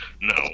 No